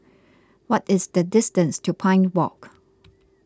what is the distance to Pine Walk